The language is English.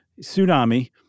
tsunami